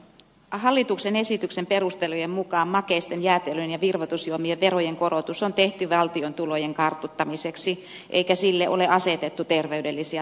hallituksen esityksen perustelujen mukaan makeisten jäätelön ja virvoitusjuomien verojen korotus on tehty valtion tulojen kartuttamiseksi eikä sille ole asetettu terveydellisiä tavoitteita